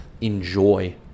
enjoy